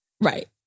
Right